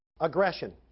aggression